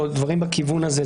או דברים בכיוון הזה.